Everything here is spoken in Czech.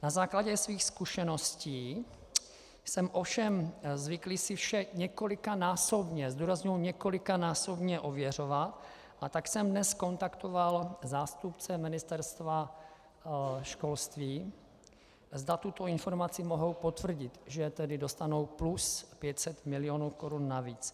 Na základě svých zkušeností jsem ovšem zvyklí si vše několikanásobně zdůrazňuji několikanásobně ověřovat, a tak jsem dnes kontaktoval zástupce Ministerstva školství, zda tuto informaci mohou potvrdit, že tedy dostanou plus 500 milionů korun navíc.